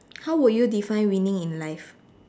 how would you define winning in life